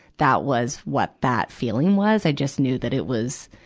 that was what that feeling was. i just knew that it was,